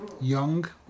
young